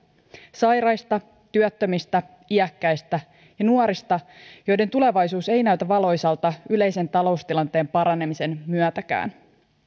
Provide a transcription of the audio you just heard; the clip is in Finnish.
sairaista työttömistä iäkkäistä ja nuorista joiden tulevaisuus ei näytä valoisalta yleisen taloustilanteen paranemisen myötäkään